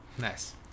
Nice